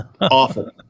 awful